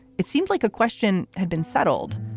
it seemed like a question had been settled.